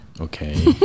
Okay